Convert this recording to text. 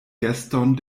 geston